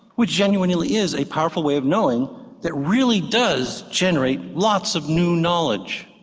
which genuinely is a powerful way of knowing that really does generate lots of new knowledge.